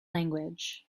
language